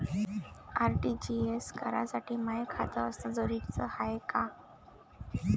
RTGS करासाठी माय खात असनं जरुरीच हाय का?